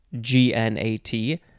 G-N-A-T